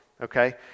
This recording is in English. okay